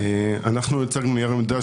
אנחנו הצגנו נייר עמדה,